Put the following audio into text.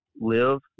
live